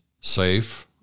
safe